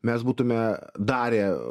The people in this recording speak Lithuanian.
mes būtume darę